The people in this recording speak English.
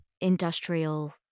industrial